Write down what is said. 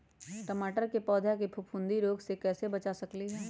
टमाटर के पौधा के फफूंदी रोग से कैसे बचा सकलियै ह?